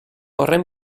horren